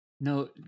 No